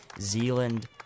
Zealand